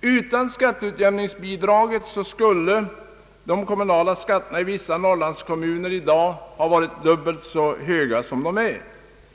Utan skatteutjämningsbidragen «skulle de kommunala skatterna i vissa Norrlandskommuner i dag ha varit dubbelt så höga som de är.